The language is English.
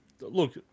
Look